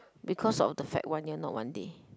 because of the fact one year not one day